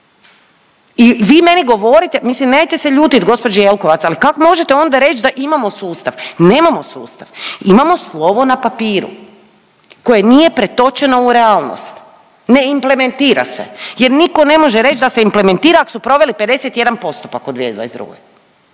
I vi meni govorite, mislim nemojte se ljutiti gospođo Jelkovac al kak možete onda reći da imamo sustav, nemamo sustav. Imamo slovo na papiru koje nije pretočeno u realnost, ne implementira se jer nitko ne može reći da se implementira ak su proveli 51 postupak u 2022.,